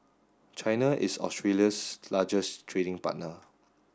China is Australia's largest trading partner